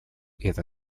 это